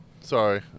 Sorry